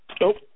nope